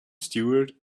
stewart